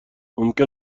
ممکن